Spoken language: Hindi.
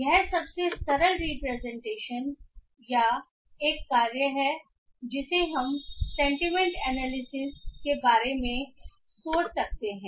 यह सबसे सरल रिप्रेजेंटेशन या एक कार्य है जिसे हम सेंटीमेंट एनालिसिस के बारे में सोच सकते हैं